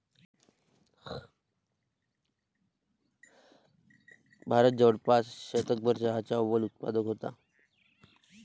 भारत जवळपास शतकभर चहाचा अव्वल उत्पादक होता